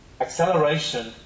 Acceleration